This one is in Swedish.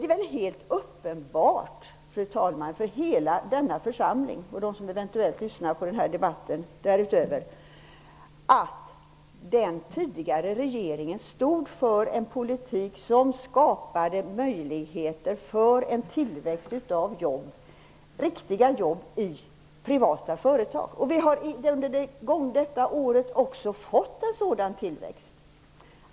Det är väl uppenbart för hela denna församling och dem som eventuellt lyssnar på den här debatten därutöver att den tidigare regeringen stod för en politik som skapade möjligheter för en tillväxt av riktiga jobb i privata företag. Under detta år har vi också fått en sådan tillväxt.